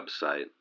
website